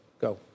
Go